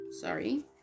sorry